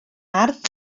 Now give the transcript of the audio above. ardd